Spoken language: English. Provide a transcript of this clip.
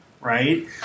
Right